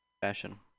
Fashion